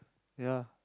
ya